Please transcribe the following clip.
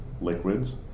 liquids